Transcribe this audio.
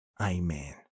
Amen